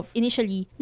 initially